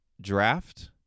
draft